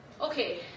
Okay